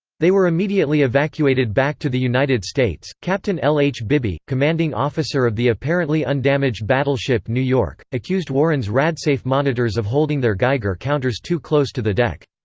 they were immediately evacuated back to the united states captain l. h. bibby, commanding officer of the apparently undamaged battleship new york, accused warren's radsafe monitors of holding their geiger counters too close to the deck.